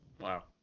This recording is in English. Wow